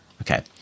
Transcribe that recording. Okay